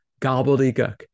gobbledygook